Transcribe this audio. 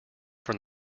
from